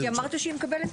כי אמרת שהיא מקבלת.